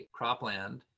cropland